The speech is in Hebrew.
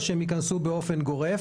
או שהם ייכנסו באופן גורף?